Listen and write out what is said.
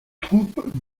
troupes